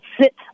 sit